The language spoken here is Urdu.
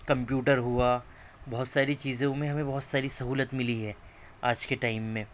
کمپیوٹر ہوا بہت ساری چیزوں میں ہمیں بہت ساری سہولت ملی ہے آج کے ٹائم میں